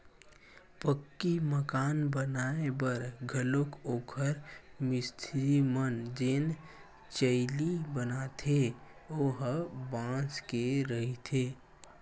पक्की मकान बनाए बर घलोक ओखर मिस्तिरी मन जेन चइली बनाथे ओ ह बांस के रहिथे